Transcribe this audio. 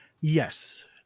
Yes